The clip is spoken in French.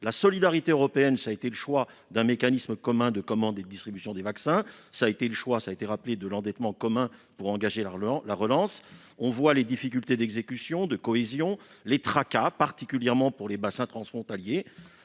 La solidarité européenne, c'est le choix d'un mécanisme commun de commande et de distribution des vaccins, ainsi que le choix de l'endettement commun pour engager la relance. On voit les difficultés d'exécution, de cohésion et les tracas- en particulier pour les bassins transfrontaliers.